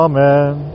Amen